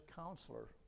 counselor